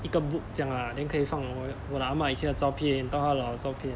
一个 book 这样啊 then 可以放我我的啊妈以前的照片到她老的照片